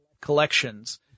collections